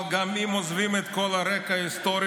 אבל גם אם עוזבים את כל הרקע ההיסטורי